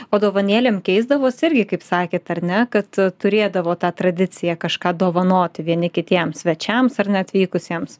o dovanėlėm keisdavosi irgi kaip sakėt ar ne kad turėdavo tą tradiciją kažką dovanoti vieni kitiems svečiams ar ne atvykusiems